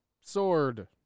sword